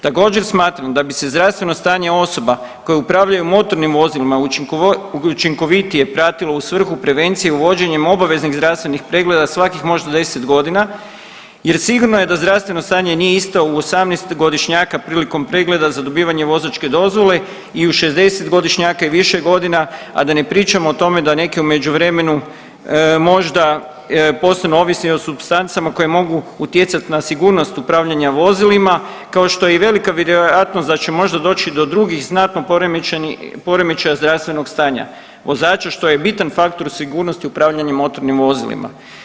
Također smatram da bi se zdravstveno stanje osoba koje upravljaju motornim vozilima učinkovitije pratilo u svrhu prevencije i uvođenjem obaveznih zdravstvenih pregleda svakih možda 10 godina jer sigurno je da zdravstveno stanje nije isto u 18-godišnjaka prilikom pregleda za dobivanje vozačke dozvole i u 60-godišnjaka i više godina, a da ne pričamo o tome da neki u međuvremenu možda postanu ovisni o supstancama koje mogu utjecati na sigurnost upravljanja vozilima, kao što je i velika vjerojatnost da će možda doći do drugih znatno poremećaja zdravstvenog stanja vozača, što je bitan faktor sigurnosti upravljanja motornim vozilima.